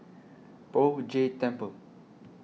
Poh Jay Temple